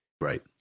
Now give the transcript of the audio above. Right